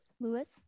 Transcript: Lewis